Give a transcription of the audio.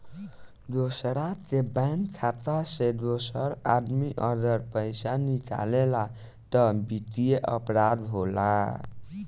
दोसरा के बैंक खाता से दोसर आदमी अगर पइसा निकालेला त वित्तीय अपराध होला